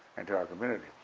into our community.